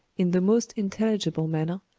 in the most intelligible manner,